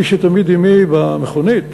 מי שתמיד עמי במכונית